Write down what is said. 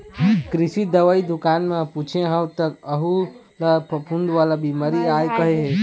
कृषि दवई दुकान म पूछे हव त वहूँ ल फफूंदेच वाला बिमारी आय कहे हे